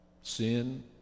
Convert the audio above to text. Sin